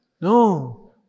No